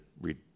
read